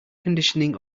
conditioning